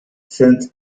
sind